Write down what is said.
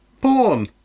Porn